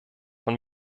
von